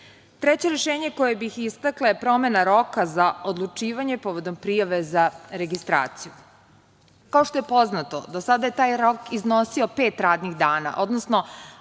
rešenje koje bih istakla je promena roka za odlučivanje povodom prijave za registraciju. Kao što je poznato, do sada je taj rok iznosio pet radnih dana, odnosno